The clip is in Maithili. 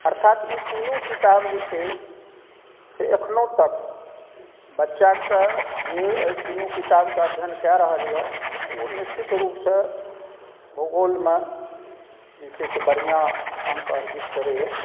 अर्थात ई तीनू किताब जे छै से एखनो तक बच्चाके जे अहि तीनू किताबके अध्ययन कऽ रहल अइ ओ निश्चित रूपसँ भूगोलमे जे छै से बढ़िआँ अङ्क अर्जित करैए